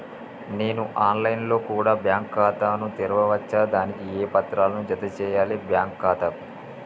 నేను online లో కూడా బ్యాంకు ఖాతా ను తెరవ వచ్చా? దానికి ఏ పత్రాలను జత చేయాలి బ్యాంకు ఖాతాకు?